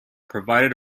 provided